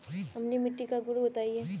अम्लीय मिट्टी का गुण बताइये